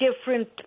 different